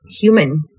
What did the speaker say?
human